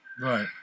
Right